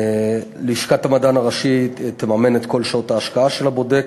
לשכת המדען הראשי תממן את כל שעות ההשקעה של הבודק,